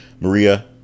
Maria